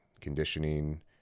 conditioning